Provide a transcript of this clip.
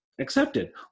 accepted